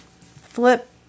Flip